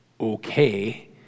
okay